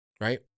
Right